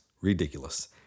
Ridiculous